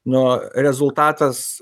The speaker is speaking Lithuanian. nu rezultatas